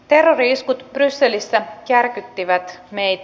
terrori iskut brysselissä järkyttivät meitä